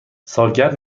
سالگرد